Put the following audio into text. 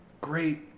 great